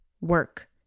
work